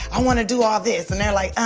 i wanna do all this! and they're like, uhhh,